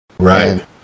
right